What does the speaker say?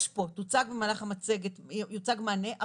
יש פה, תוצג במהלך המצגת, יוצג מענה.